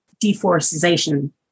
deforestation